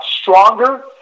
stronger